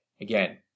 Again